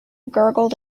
gurgled